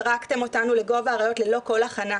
זרקתם אותנו לגוב האריות ללא כל הכנה.